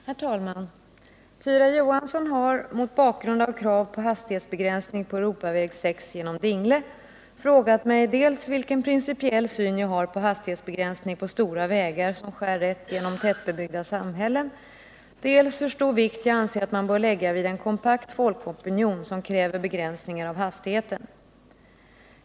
Herr talman! Tyra Johansson har — mot bakgrund av krav på hastighetsbegränsning på Europaväg 6 genom Dingle — frågat mig dels vilken principiell syn jag har på hastighetsbegränsning på stora vägar som skär rätt genom tättbebyggda samhällen, dels hur stor vikt jag anser att man bör lägga vid en kompakt folkopinion som kräver begränsningar av hastigheten.